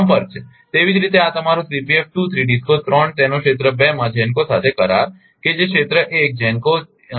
તેવી જ રીતે આ તમારો DISCO 3 તેનો ક્ષેત્ર 2 માં GENCO સાથે કરાર કે જે ક્ષેત્ર 1 GENCO GENCO 2